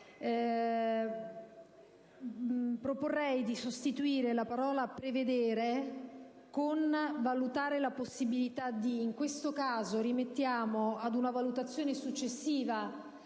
Proporrei di sostituire la parola «prevedere» con le altre: «valutare la possibilità di». In questo caso, rimettiamo ad una valutazione successiva